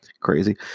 crazy